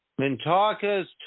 Mintaka's